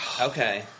Okay